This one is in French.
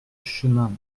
chemin